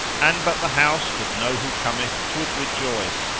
an but the house could know who cometh twould rejoice,